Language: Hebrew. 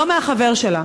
לא מהחבר שלה.